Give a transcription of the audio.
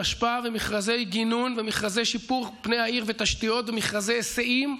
אשפה ומכרזי גינון ומכרזי שיפור פני העיר ותשתיות ומכרזי היסעים.